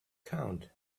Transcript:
count